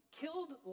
killed